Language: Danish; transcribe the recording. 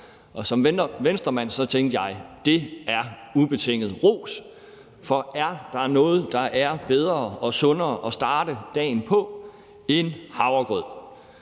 Og som Venstremand tænkte jeg: Det er ubetinget ros. For er der noget, der er bedre og sundere at starte dagen på end havregrød?